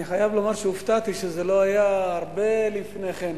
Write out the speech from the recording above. אני חייב לומר שהופתעתי שזה לא היה הרבה לפני כן.